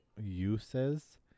uses